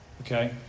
okay